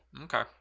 Okay